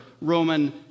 Roman